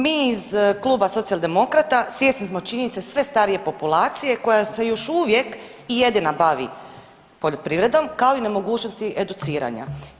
Mi iz kluba Socijaldemokrata svjesni smo činjenice sve starije populacije koja se još uvijek i jedina bavi poljoprivredom kao i nemogućnosti educiranja.